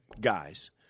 guys